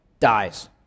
dies